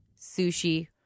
sushi